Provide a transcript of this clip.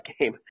game